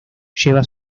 lleva